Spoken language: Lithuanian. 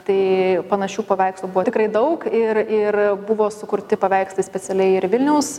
tai panašių paveikslų buvo tikrai daug ir ir buvo sukurti paveikslai specialiai ir vilniaus